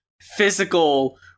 physical